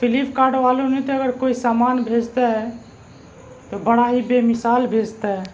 flip card والوں نے تو اگر کوئی سامان بھیجتا ہے تو بڑا ہی بے مثال بھیجتا ہے